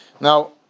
Now